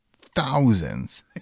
thousands